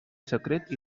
secret